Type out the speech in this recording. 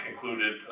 concluded